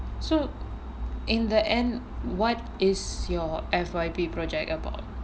so in the end what is your F_Y_P project about